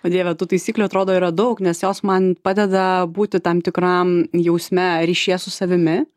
o dieve tų taisyklių atrodo yra daug nes jos man padeda būti tam tikram jausme ryšyje su savimi